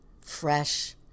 fresh